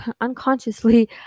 unconsciously